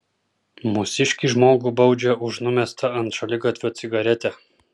mūsiškį žmogų baudžia už numestą ant šaligatvio cigaretę